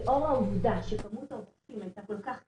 לאור העובדה שכמות הנוסעים היתה כל-כך קטנה,